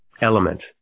element